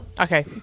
Okay